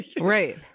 Right